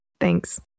thanks